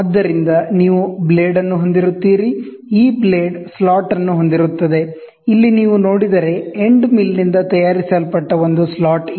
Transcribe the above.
ಆದ್ದರಿಂದ ನೀವು ಬ್ಲೇಡ್ ಅನ್ನು ಹೊಂದಿರುತ್ತೀರಿ ಈ ಬ್ಲೇಡ್ ಸ್ಲಾಟ್ ಅನ್ನು ಹೊಂದಿರುತ್ತದೆ ಇಲ್ಲಿ ನೀವು ನೋಡಿದರೆ ಎಂಡ್ ಮಿಲ್ ನಿಂದ ತಯಾರಿಸಲ್ಪಟ್ಟ ಒಂದು ಸ್ಲಾಟ್ ಇದೆ